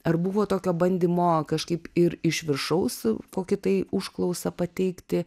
ar buvo tokio bandymo kažkaip ir iš viršaus kokį tai užklausą pateikti